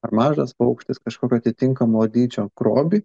ar mažas paukštis kažkokio atitinkamo dydžio grobį